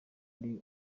ari